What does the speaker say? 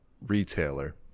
retailer